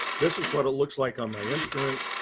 this is what it looks like on my instrument.